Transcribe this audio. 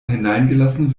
hineingelassen